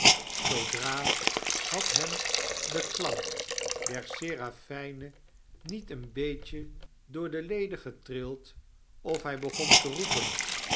zoodra had hem de klank der serafinen niet een beetje door de leden getrild of hg begon te roepen